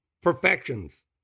perfections